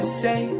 say